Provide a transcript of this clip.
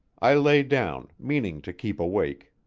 i lay down, meaning to keep awake.